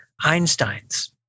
Einstein's